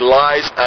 lies